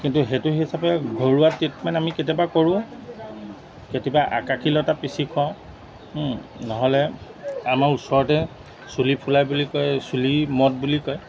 কিন্তু সেইটো হিচাপে ঘৰুৱা ট্ৰিটমেণ্ট আমি কেতিয়াবা কৰোঁ কেতিয়াবা আকাশীলতা পিচি খুৱাওঁ নহ'লে আমাৰ ওচৰতে চুলি ফুলাই বুলি কয় চুলি মদ বুলি কয়